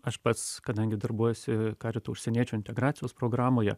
aš pats kadangi darbuojuosi karito užsieniečių integracijos programoje